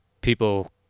people